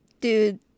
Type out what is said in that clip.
Dude